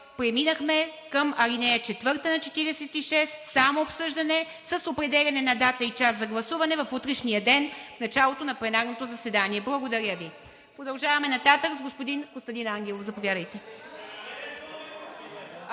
преминахме към ал. 4 на чл. 46 – само обсъждане с определяне на дата и час за гласуване в утрешния ден, в началото на пленарното заседание. Благодаря Ви. Продължаваме нататък с господин Костадин Ангелов. (Силен